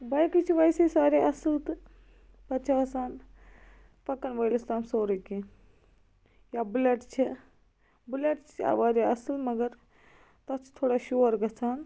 باقٕے چھِ ویسے سارے اَصٕل تہٕ پتہٕ چھِ آسان پَکن وٲلِس تام سورٕے کیٚنٛہہ یا بُلیٹ چھِ بُلیٹ چھِ آ وارِیاہ اَصٕل مگر تَتھ چھُ تھوڑا شور گَژھان